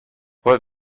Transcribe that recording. what